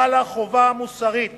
חלה חובה מוסרית